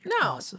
no